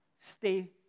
Stay